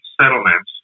settlements